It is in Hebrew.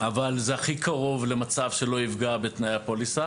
אבל זה הכי קרוב למצב שלא יפגע בתנאי הפוליסה